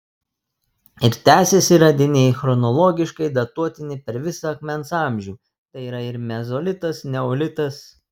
ir tęsiasi radiniai chronologiškai datuotini per visą akmens amžių tai yra ir mezolitas neolitas